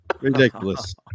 Ridiculous